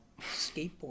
Skateboard